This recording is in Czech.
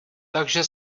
takže